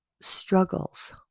Struggles